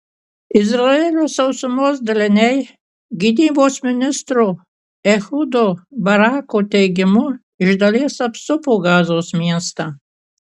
izraelio sausumos daliniai gynybos ministro ehudo barako teigimu iš dalies apsupo gazos miestą